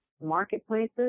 marketplaces